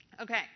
Okay